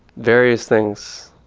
various things